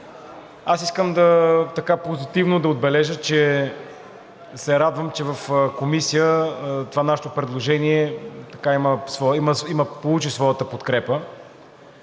Аз искам позитивно да отбележа и се радвам, че в Комисията това наше предложение получи своята подкрепа.